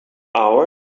hour